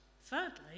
thirdly